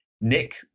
Nick